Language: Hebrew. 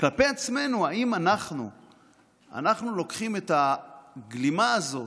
כלפי עצמנו: האם אנחנו לוקחים את הגלימה הזאת,